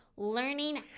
learning